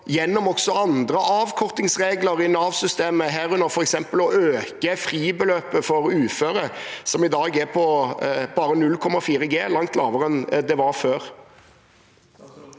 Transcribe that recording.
igjennom også andre avkortingsregler i Nav-systemet, herunder f.eks. å øke fribeløpet for uføre, som i dag er på bare 0,4 G, langt lavere enn det var før?